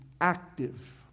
active